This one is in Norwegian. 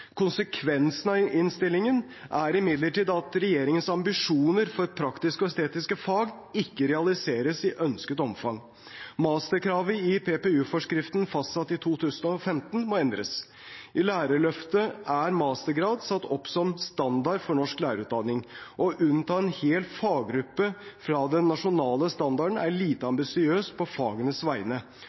Konsekvensen av innstillingen er imidlertid at regjeringens ambisjoner for praktiske og estetiske fag ikke realiseres i ønsket omfang. Masterkravet i PPU-forskriften fastsatt i 2015 må endres. I Lærerløftet er mastergrad satt opp som standard for norsk lærerutdanning. Å unnta en hel faggruppe fra den nasjonale standarden er lite ambisiøst på fagenes vegne